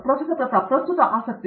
ಪ್ರತಾಪ್ ಹರಿಡೋಸ್ ಪ್ರಸ್ತುತ ಆಸಕ್ತಿ